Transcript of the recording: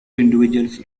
individuals